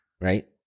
Right